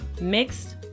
Mixed